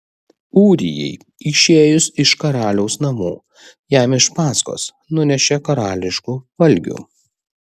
ūrijai išėjus iš karaliaus namų jam iš paskos nunešė karališkų valgių